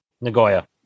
Nagoya